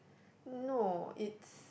no it's